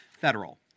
federal